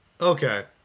Okay